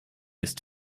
ist